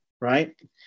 right